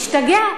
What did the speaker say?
השתגע.